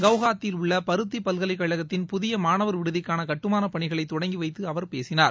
கவுஹாத்தியில் உள்ள பருத்தி பல்கலைக்கழகத்தின் புதிய மாணவர் விடுதிக்கான கட்டுமானப் பணிகளை தொடங்கி வைத்து அவர் பேசினார்